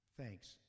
Thanks